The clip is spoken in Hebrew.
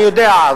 אני יודע,